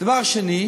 דבר נוסף,